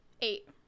eight